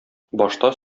башта